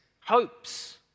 hopes